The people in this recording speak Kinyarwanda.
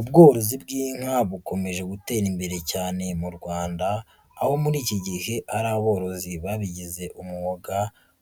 Ubworozi bw'inka bukomeje gutera imbere cyane mu Rwanda, aho muri iki gihe hari aborozi babigize umwuga,